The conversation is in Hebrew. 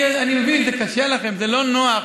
אני מבין, זה קשה לכם, זה לא נוח.